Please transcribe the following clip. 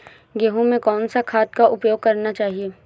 गेहूँ में कौन सा खाद का उपयोग करना चाहिए?